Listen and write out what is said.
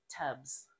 tubs